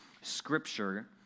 Scripture